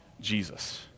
Jesus